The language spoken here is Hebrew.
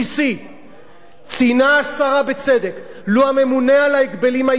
ציינה השרה בצדק: לו עשה הממונה על ההגבלים העסקיים את מלאכתו,